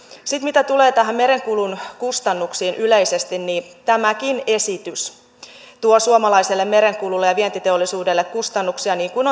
sitten mitä tulee näihin merenkulun kustannuksiin yleisesti tämäkin esitys tuo suomalaiselle merenkululle ja vientiteollisuudelle kustannuksia niin kuin